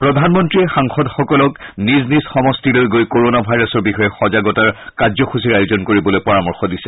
প্ৰধানমন্ত্ৰীয়ে সাংসদসকলক নিজ নিজ সমষ্টিলৈ গৈ কৰণা ভাইৰাছৰ বিষয়ে সজাগতা কাৰ্যসূচীৰ আয়োজন কৰিবলৈ পৰামৰ্শ দিছে